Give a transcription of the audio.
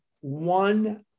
one